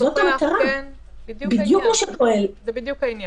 זה בדיוק העניין.